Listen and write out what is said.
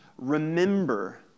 Remember